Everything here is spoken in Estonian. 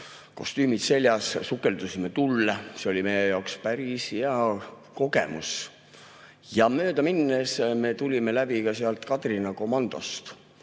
kostüümid seljas, sukeldusime tulle. See oli meie jaoks päris hea kogemus. Ja mööda minnes me tulime läbi ka sealt Kadrina komandost.